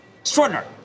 extraordinary